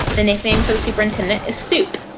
the nickname for the superintendent is soup.